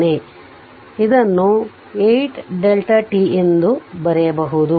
ಆದ್ದರಿಂದ ಇದನ್ನು 8 ಎಂದು ಬರೆಯಬಹುದು